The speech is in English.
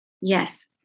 Yes